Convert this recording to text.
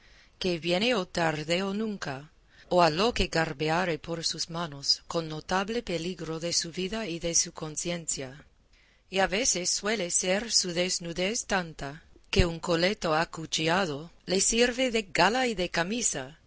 que viene o tarde o nunca o a lo que garbeare por sus manos con notable peligro de su vida y de su conciencia y a veces suele ser su desnudez tanta que un coleto acuchillado le sirve de gala y de camisa